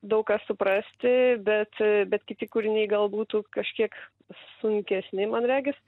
daug ką suprasti bet bet kiti kūriniai gal būtų kažkiek sunkesni man regis